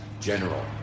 general